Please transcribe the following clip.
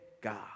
God